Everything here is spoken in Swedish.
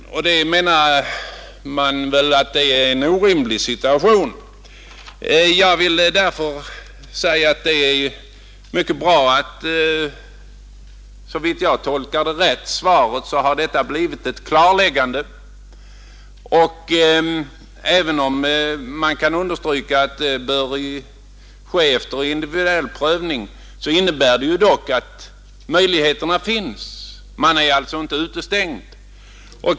Man menar väl att det är en orimlig situation. Om jag har tolkat svaret rätt har vi nu fått ett klarläggande i den saken, vilket är mycket bra. Även om det betonas att intagningen bör ske efter individuell prövning innebär denna skrivning ändå att möjligheten finns; man är inte utestängd.